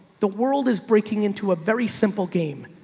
the world is breaking into a very simple game,